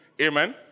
Amen